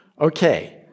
Okay